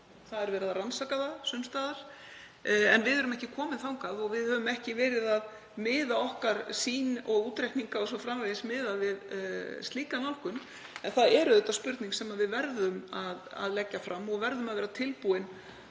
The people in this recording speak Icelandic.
Farið er að rannsaka það sums staðar en við erum ekki komin þangað og við höfum ekki verið að miða okkar sýn og útreikninga o.s.frv. við slíka nálgun. En það er spurning sem við verðum að leggja fram. Við verðum að vera tilbúin